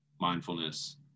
mindfulness